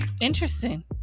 Interesting